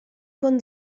con